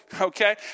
Okay